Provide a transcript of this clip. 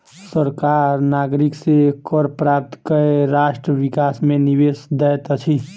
सरकार नागरिक से कर प्राप्त कय राष्ट्र विकास मे निवेश दैत अछि